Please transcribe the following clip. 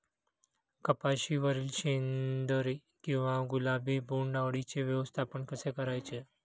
कपाशिवरील शेंदरी किंवा गुलाबी बोंडअळीचे व्यवस्थापन कसे करायचे?